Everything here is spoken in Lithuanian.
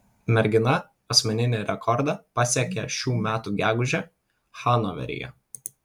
mergina asmeninį rekordą pasiekė šių metų gegužę hanoveryje